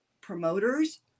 promoters